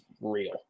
real